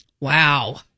Wow